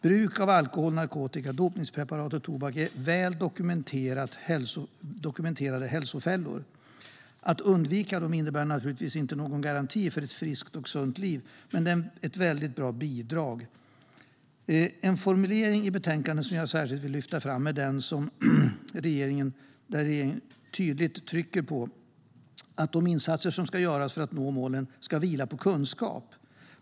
Bruk av alkohol, narkotika, dopningspreparat och tobak är väl dokumenterade hälsofällor. Att undvika dem innebär naturligtvis ingen garanti för ett friskt och sunt liv, men det är ett väldigt bra bidrag. En formulering i betänkandet som jag särskilt vill lyfta fram är den där regeringen tydligt trycker på att de insatser som görs för att nå målen ska vila på kunskap.